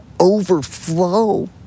overflow